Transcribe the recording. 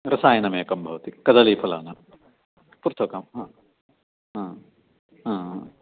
रसायनमेकं भवति कदलीफलानां पुस्तकं